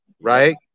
right